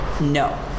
no